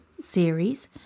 series